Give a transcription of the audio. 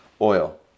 oil